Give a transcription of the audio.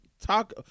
talk